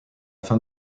fin